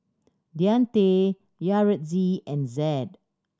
Deante Yaretzi and Zed